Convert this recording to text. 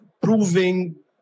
proving